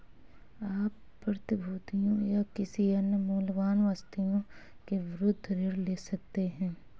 आप प्रतिभूतियों या किसी अन्य मूल्यवान आस्तियों के विरुद्ध ऋण ले सकते हैं